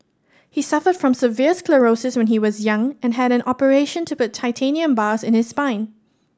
he suffered from severe sclerosis when he was young and had an operation to put titanium bars in his spine